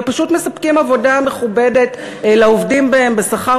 ופשוט מספקים עבודה מכובדת לעובדים בהם בשכר